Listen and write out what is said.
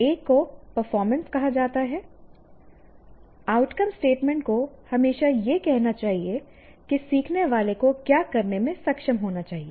एक को परफॉर्मेंस कहा जाता है आउटकम स्टेटमेंट को हमेशा यह कहना चाहिए कि सीखने वाले को क्या करने में सक्षम होना चाहिए